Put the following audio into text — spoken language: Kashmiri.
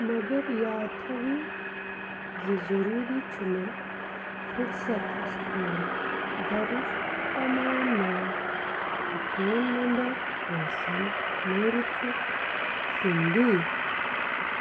مگر یاد تھٲوِو زِ ضروٗری چھُنہٕ فُرصتَس منٛز دَرٕج تمام ناو تہٕ فون نمبَر آسَن مٲلکہٕ سٕنٛدی